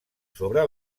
sobre